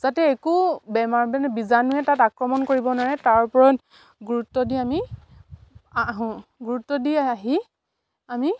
যাতে একো বেমাৰ বে বীজাণুৱে তাত আক্ৰমণ কৰিব নোৱাৰে তাৰ ওপৰত গুৰুত্ব দি আমি আহোঁ গুৰুত্ব দি আহি আমি